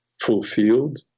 fulfilled